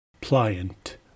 Pliant